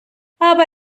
aber